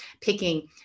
picking